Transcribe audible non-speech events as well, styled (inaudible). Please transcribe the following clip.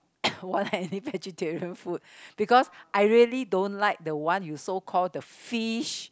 (coughs) want any vegetarian food because I really don't like the one you so called the fish